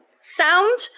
sound